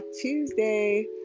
Tuesday